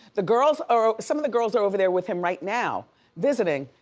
the girls are, some of the girls are over there with him right now visiting.